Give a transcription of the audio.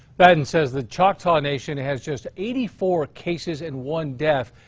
batton says the choctaw nation has just eighty four cases and one death.